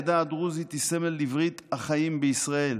העדה הדרוזית היא סמל לברית החיים בישראל,